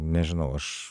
nežinau aš